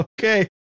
Okay